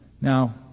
Now